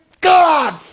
God